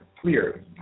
clear